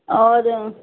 اور